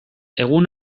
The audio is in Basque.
egun